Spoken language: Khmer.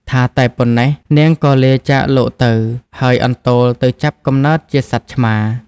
ថាតែប៉ុណ្ណេះ នាងក៏លាចាកលោកទៅ ហើយអន្ទោលទៅចាប់កំណើតជាសត្វឆ្មា។